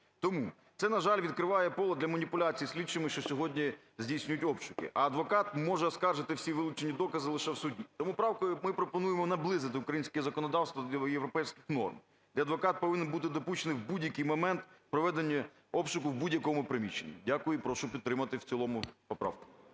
Тому це, на жаль, відкриваєповод для маніпуляцій слідчими, що сьогодні здійснюють обшуки. А адвокат може оскаржити всі вилучені докази лише в суді. Тому правкою ми пропонуємо наблизити українське законодавство до європейських норм, де адвокат повинен бути допущений в будь-який момент проведення обшуку в будь-якому приміщенні. Дякую. Прошу підтримати в цілому поправку.